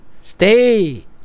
Stay